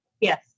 Yes